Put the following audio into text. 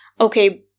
okay